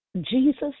Jesus